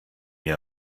ihr